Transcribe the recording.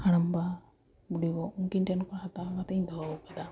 ᱦᱟᱲᱟᱢ ᱵᱟ ᱵᱩᱰᱤᱜᱚ ᱩᱝᱠᱤᱱ ᱴᱷᱮᱱ ᱠᱷᱚᱱ ᱦᱟᱛᱟᱣ ᱠᱟᱛᱮᱧ ᱫᱚᱦᱚᱣ ᱟᱠᱟᱫᱟ